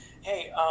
hey